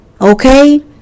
Okay